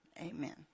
Amen